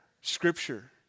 Scripture